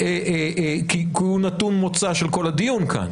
כי הוא נתון מוצא של כל הדיון כאן.